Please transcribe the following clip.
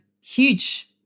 huge